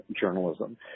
journalism